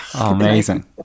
Amazing